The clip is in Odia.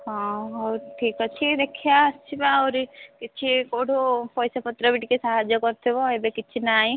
ହଁ ହଉ ଠିକ୍ ଅଛି ଦେଖିବା ଆସିବା ଆହୁରି କିଛି କେଉଁଠୁ ପଇସାପତ୍ର ବି ଟିକେ ସାହାଯ୍ୟ କରିଥିବ ଏବେ କିଛି ନାହିଁ